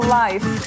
life